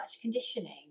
conditioning